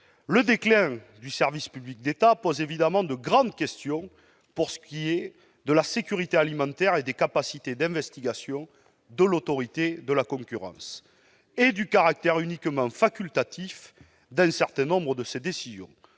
Le déclin du service public de l'État pose évidemment de grandes questions pour ce qui relève de la sécurité alimentaire, des capacités d'investigation de l'Autorité de la concurrence et du caractère uniquement facultatif d'un certain nombre de ses décisions.